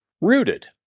rooted